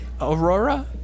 Aurora